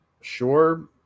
sure